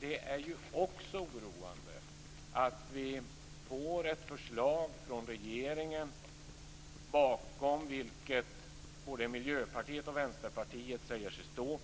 Det är ju också oroande att vi får ett förslag från regeringen bakom vilket både Miljöpartiet och Vänsterpartiet säger sig stå